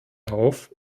auf